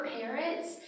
parents